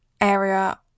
area